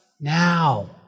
now